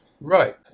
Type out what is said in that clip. Right